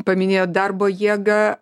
paminėjo darbo jėgą